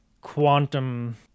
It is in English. quantum